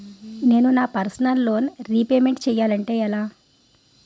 నేను నా personal loan repayment చేయాలంటే ఎలా?